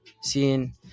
Seeing